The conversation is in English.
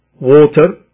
water